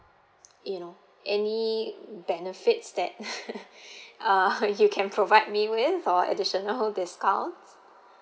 you know any benefits that uh you can provide me with or additional discount